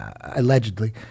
Allegedly